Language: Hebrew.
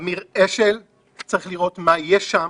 אמיר אשל צריך לראות מה יש שם.